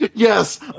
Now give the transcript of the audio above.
Yes